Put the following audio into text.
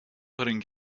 putting